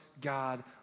God